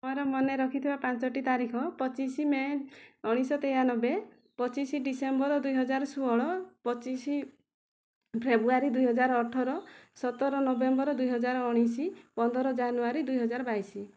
ମୋର ମନେ ରଖିଥିବା ପାଞ୍ଚଟି ତାରିଖ ପଚିଶ ମେ ଉଣେଇଶିଶହ ତେୟାନବେ ପଚିଶ ଡିସେମ୍ବର ଦୁଇହଜାର ଷୋହଳ ପଚିଶ ଫେବୃଆରୀ ଦୁଇହଜାର ଅଠର ସତର ନଭେମ୍ବର ଦୁଇହଜାର ଉଣେଇଶ ପନ୍ଦର ଜାନୁଆରୀ ଦୁଇହଜାର ବାଇଶ